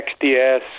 XDS